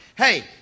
Hey